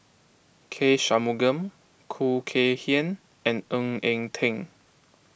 K Shanmugam Khoo Kay Hian and Ng Eng Teng